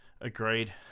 agreed